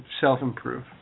self-improve